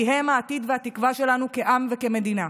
כי הם העתיד והתקווה שלנו כעם וכמדינה.